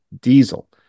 diesel